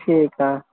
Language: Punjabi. ਠੀਕ ਆ